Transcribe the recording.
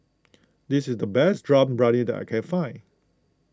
this is the best Dum Briyani that I can find